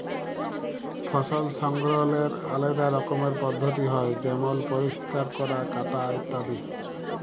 ফসল সংগ্রহলের আলেদা রকমের পদ্ধতি হ্যয় যেমল পরিষ্কার ক্যরা, কাটা ইত্যাদি